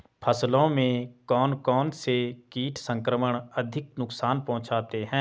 फसलों में कौन कौन से कीट संक्रमण अधिक नुकसान पहुंचाते हैं?